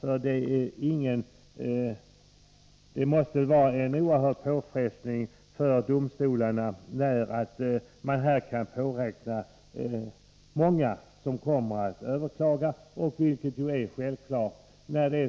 Nu får man räkna med att det är många som kommer att överklaga besluten, och det måste medföra en oerhörd påfrestning för domstolarna.